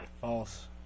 False